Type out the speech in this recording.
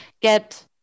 get